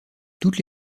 toutes